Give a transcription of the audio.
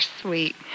sweet